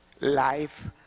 life